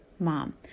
Mom